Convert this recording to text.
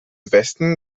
westen